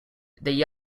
they